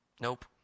Nope